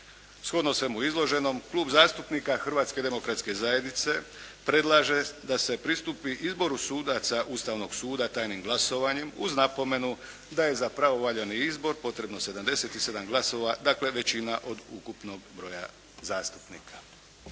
Shodno svemu izloženom, Klub zastupnika Hrvatske demokratske zajednice predlaže da se pristupi izboru sudaca Ustavnog suda tajnim glasovanjem uz napomenu da je za pravovaljani izbor potrebno 77 glasova, dakle većina od ukupnog broja zastupnika.